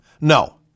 No